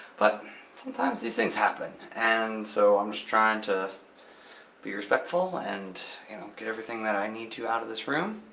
but sometimes these things happen. and so i'm just trying to be respectful and you know get everything that i need to out of this room,